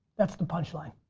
that's the punchline.